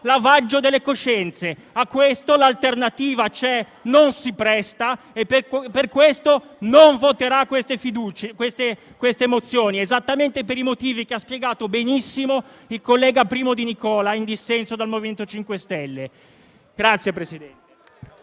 lavaggio delle coscienze. A questo L'alternativa c'è non si presta e non voterà queste mozioni per i motivi che ha spiegato benissimo il collega Primo Di Nicola, in dissenso dal MoVimento 5 Stelle.